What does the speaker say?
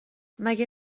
مگه